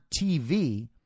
TV